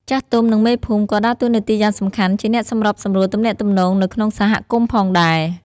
ចាស់ទុំ និងមេភូមិក៏ដើរតួនាទីយ៉ាងសំខាន់ជាអ្នកសម្របសម្រួលទំនាក់ទំនងនៅក្នុងសហគមន៍ផងដែរ។